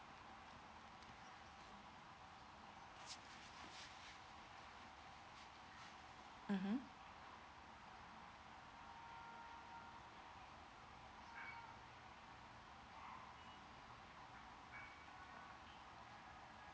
mmhmm